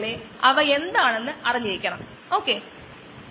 അതിനാൽ നമ്മൾ ചെയ്യുന്നത് ഫോർമാലിൻ പരിഹാരമായി ഉപയോഗിക്കുക എന്നതാണ്